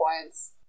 points